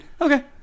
okay